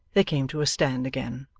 they came to a stand again.